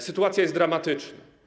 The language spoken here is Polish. Sytuacja jest dramatyczna.